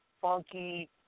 funky